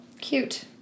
Cute